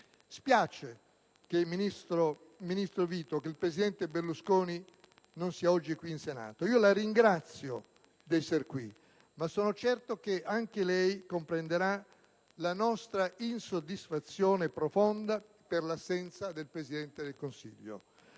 Vito, che il presidente Berlusconi non sia oggi qui in Senato. La ringrazio di essere qui, ma sono certo che anche lei comprenderà la nostra insoddisfazione profonda per l'assenza del Presidente del Consiglio.